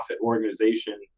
organization